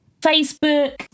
Facebook